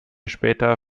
später